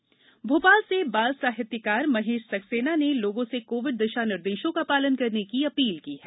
जन आंदोलन भोपाल से बाल साहित्यकार महेश सक्सेना ने लोगों से कोविड दिशा निर्देशों का पालन करने की अपील की है